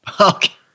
Okay